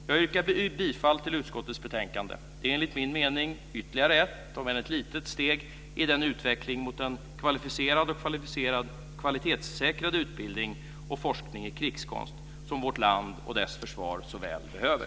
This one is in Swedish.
Jag yrkar bifall till utskottets förslag. Det är enligt min mening ytterligare ett, om än litet, steg i den utveckling mot en kvalificerad och kvalitetssäkrad utbildning - och forskning - i krigskonst som vårt land och dess försvar så väl behöver.